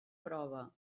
prova